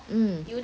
mm